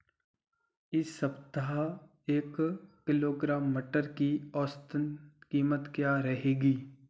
इस सप्ताह एक किलोग्राम मटर की औसतन कीमत क्या रहेगी?